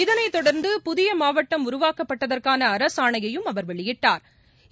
இதனைத் தொடர்ந்து புதிய மாவட்டம் உருவாக்கப்பட்டதற்கான அரசாணையையும் அவர் வெளியிட்டா்